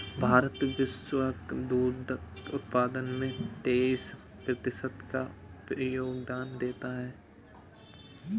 भारत वैश्विक दुग्ध उत्पादन में तेईस प्रतिशत का योगदान देता है